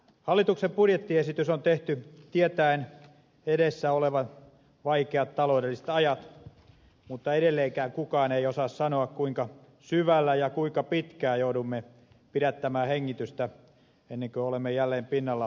hallituksen budjettiesitys on tehty tietäen edessä olevan vaikeat taloudelliset ajat mutta edelleenkään kukaan ei osaa sanoa kuinka syvällä ja kuinka pitkään joudumme pidättämään hengitystä ennen kuin olemme jälleen pinnalla paistattelemassa